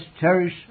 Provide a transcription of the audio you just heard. cherish